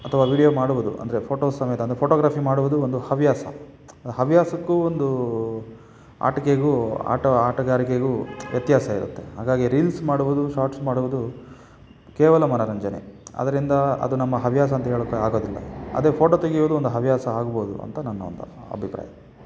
ಅಥವಾ ವೀಡ್ಯೋ ಮಾಡುವುದು ಅಂದರೆ ಫೋಟೋಸ್ ಸಮೇತ ಅಂದರೆ ಫೋಟೋಗ್ರಫಿ ಮಾಡುವುದು ಒಂದು ಹವ್ಯಾಸ ಹವ್ಯಾಸಕ್ಕೂ ಒಂದು ಆಟಿಕೆಗೂ ಆಟ ಆಟಗಾರಿಕೆಗೂ ವ್ಯತ್ಯಾಸ ಇರುತ್ತೆ ಹಾಗಾಗಿ ರೀಲ್ಸ್ ಮಾಡುವುದು ಶಾರ್ಟ್ಸ್ ಮಾಡುವುದು ಕೇವಲ ಮನರಂಜನೆ ಅದರಿಂದ ಅದು ನಮ್ಮ ಹವ್ಯಾಸ ಅಂತ ಹೇಳೋಕ್ಕೆ ಆಗದಿಲ್ಲ ಅದೇ ಫೋಟೋ ತೆಗೆಯುವುದು ಒಂದು ಹವ್ಯಾಸ ಆಗ್ಬೋದು ಅಂತ ನನ್ನ ಒಂದು ಅಭಿಪ್ರಾಯ